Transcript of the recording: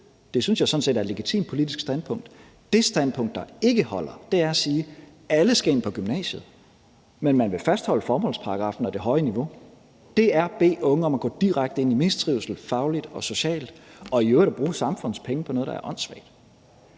set er et legitimt politisk standpunkt. Det standpunkt, der ikke holder, er at sige, at alle skal ind på gymnasiet, men at man samtidig vil fastholde formålsparagraffen og det høje niveau. Det er at bede unge om at gå direkte ind i mistrivsel, fagligt og socialt, og i øvrigt at bruge samfundets penge på noget, der er åndssvagt.